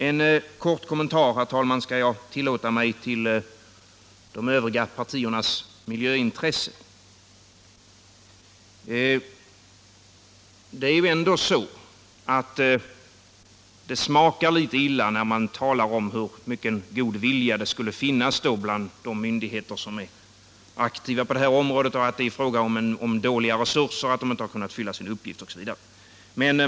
En kort kommentar, herr talman, skall jag tillåta mig att göra till de övriga partiernas miljöintresse. Det smakar ändå litet illa när man talar om hur mycken god vilja det skulle finnas bland de myndigheter som är aktiva på det här området och att det är fråga om dåliga resurser så att de inte har kunnat fylla sin uppgift osv.